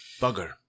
Bugger